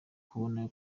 kubona